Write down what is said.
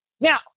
Now